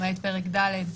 למעט פרק ד',